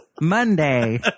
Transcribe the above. Monday